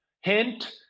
Hint